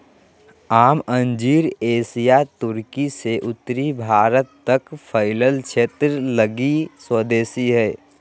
आम अंजीर एशियाई तुर्की से उत्तरी भारत तक फैलल क्षेत्र लगी स्वदेशी हइ